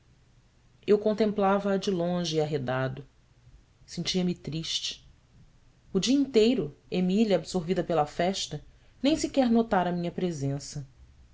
eu contemplava-a de longe e arredado sentia-me triste o dia inteiro emília absorvida pela festa nem sequer notara a minha presença